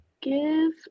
Give